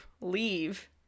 leave